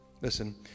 Listen